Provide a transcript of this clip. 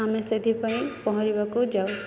ଆମେ ସେଥିପାଇଁ ପହଁରିବାକୁ ଯାଉ